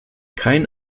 keinen